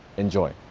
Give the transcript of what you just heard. enjoy.